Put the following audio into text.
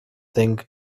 thing